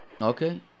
Okay